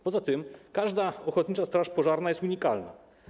Poza tym każda ochotnicza straż pożarna jest unikalna.